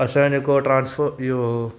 असांजे जेको ट्रांस्पो इहो